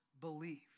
belief